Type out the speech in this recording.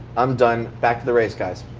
i'm done. back to the race, guys.